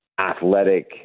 Athletic